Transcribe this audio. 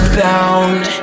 bound